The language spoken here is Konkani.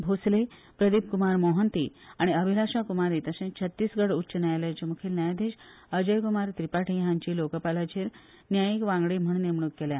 भोसले प्रदीप कुमार मोहंती आनी अभिलाषा कुमारी तशेच छत्तीसगढ उच्च न्यायालयाचे मुखेल न्यायाधीश अजय कुमार त्रिपाठी हांची लोकपालाचेर न्यायीक वांगडी म्हण नेमण्क केल्या